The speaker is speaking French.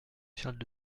charles